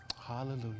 Hallelujah